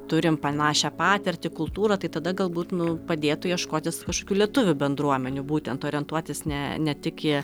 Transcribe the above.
turim panašią patirtį kultūrą tai tada galbūt nu padėtų ieškotis kažkokių lietuvių bendruomenių būtent orientuotis ne ne tik į